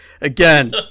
again